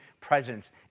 presence